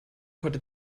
heute